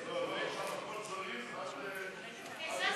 האכיפה והפיקוח העירוניים ברשויות המקומיות (הוראת שעה) (תיקון מס'